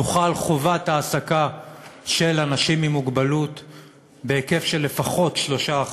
תוחל חובת העסקה של אנשים עם מוגבלות בהיקף של לפחות 3%,